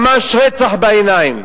ממש רצח בעיניים.